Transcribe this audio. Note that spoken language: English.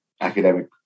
academic